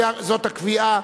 זאת הקביעה,